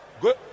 Good